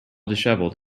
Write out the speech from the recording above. dishevelled